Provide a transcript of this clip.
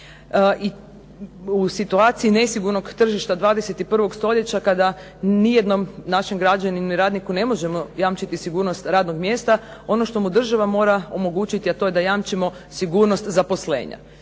i u situaciji nesigurnog tržišta 21. stoljeća kada nijednom našem građaninu i radniku ne možemo jamčiti sigurnost radnog mjesta ono što mu država mora omogućiti, a to je da jamčimo sigurnost zaposlenja.